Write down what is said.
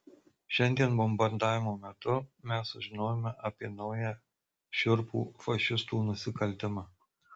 šiandien bombardavimo metu mes sužinojome apie naują šiurpų fašistų nusikaltimą